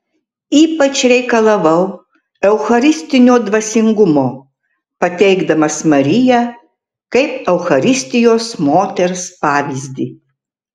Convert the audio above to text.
ypač reikalavau eucharistinio dvasingumo pateikdamas mariją kaip eucharistijos moters pavyzdį